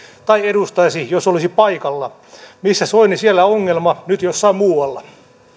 tai edustaisi jos olisi paikalla missä soini siellä ongelma nyt jossain muualla